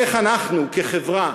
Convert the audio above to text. איך אנחנו, כחברה,